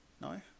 No